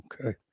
Okay